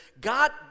God